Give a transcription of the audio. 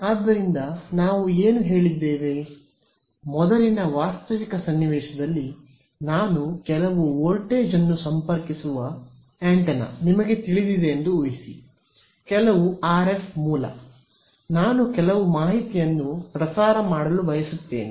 ಆದ್ದರಿಂದ ನಾವು ಏನು ಹೇಳಿದ್ದೇವೆ ಮೊದಲಿನ ವಾಸ್ತವಿಕ ಸನ್ನಿವೇಶದಲ್ಲಿ ನಾನು ಕೆಲವು ವೋಲ್ಟೇಜ್ ಅನ್ನು ಸಂಪರ್ಕಿಸುವ ಆಂಟೆನಾ ನಿಮಗೆ ತಿಳಿದಿದೆ ಎಂದು ಊಹಿಸಿ ಕೆಲವು ಆರ್ಎಫ್ ಮೂಲ ನಾನು ಕೆಲವು ಮಾಹಿತಿಯನ್ನು ಪ್ರಸಾರ ಮಾಡಲು ಬಯಸುತ್ತೇನೆ